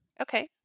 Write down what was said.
Okay